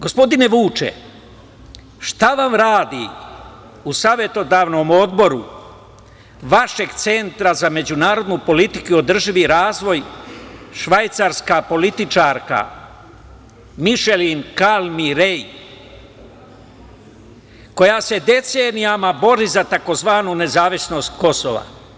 Gospodine Vuče, šta vam radi u savetodavnom odboru vašeg Centra za međunarodnu politiku i održivi razvoj švajcarska političarka Mišelin Kalmi-Rej, koja se decenijama bori za tzv. nezavisnost Kosova?